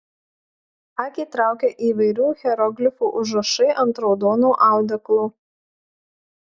akį traukia įvairių hieroglifų užrašai ant raudono audeklo